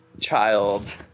child